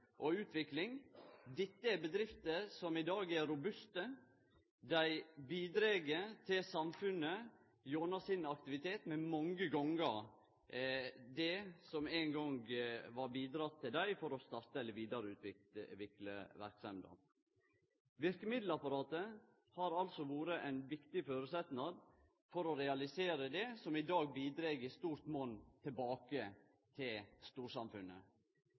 og utvikling. Dette er bedrifter som i dag er robuste, og dei bidreg til samfunnet gjennom sin aktivitet med mange gonger det som dei ein gong fekk av midlar for å starte eller vidareutvikle verksemda. Verkemiddelapparatet har altså vore ein viktig føresetnad for å realisere det som i dag bidreg i stort monn tilbake til storsamfunnet.